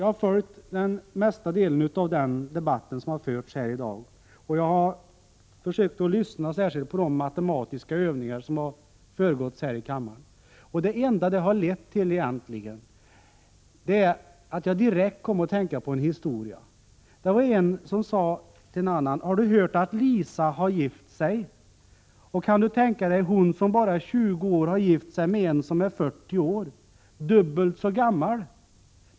Jag har följt större delen av den debatt som förts, och jag har försökt lyssna särskilt till de matematiska övningar som har förevarit här i kammaren. Det enda det har lett till är att jag direkt kom att tänka på en historia: Det var en som sade till en annan: Har du hört att Lisa har gift sig? Och kan du tänka dig, hon som bara är 20 år har gift sig med en som är 40 år. Dubbelt så gammal.